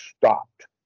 stopped